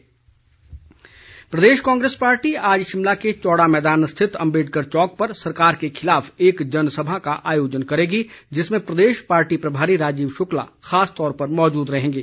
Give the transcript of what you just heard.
Congress rally प्रदेश Congress party आज शिमला के चौड़ा मैदान स्थित अंबेडकर चौक पर सरकार के खिलाफ एक जनसभा का आयोजन करेगी जिसमें प्रदेश पार्टी प्रभारी राजीव शुक्ला खासतौर पर मौजूद रहेंगे